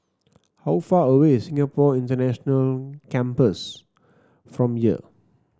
how far away is Singapore International Campus from here